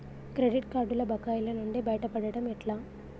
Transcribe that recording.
Credit కార్డుల బకాయిల నుండి బయటపడటం ఎట్లా?